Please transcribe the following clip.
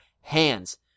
hands